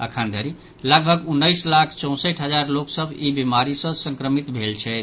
अखन धरि लगभग उन्नीस लाख चौंसठि हजार लोक सभ ई महामारी सँ संक्रमित भेल छथि